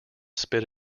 spit